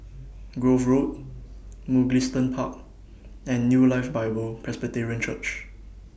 Grove Road Mugliston Park and New Life Bible Presbyterian Church